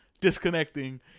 disconnecting